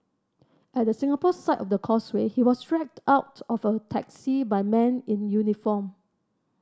at the Singapore side of the Causeway he was dragged out of a taxi by men in uniform